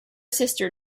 sister